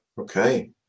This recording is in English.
Okay